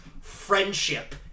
Friendship